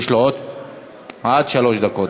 יש לו עד שלוש דקות.